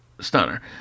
stunner